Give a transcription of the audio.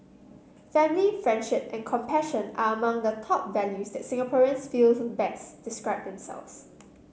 family friendship and compassion are among the top values that Singaporeans feel best describe themselves